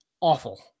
awful